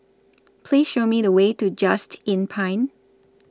Please Show Me The Way to Just Inn Pine